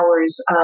hours